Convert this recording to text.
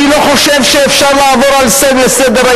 אני לא חושב שאפשר לעבור לסדר-היום,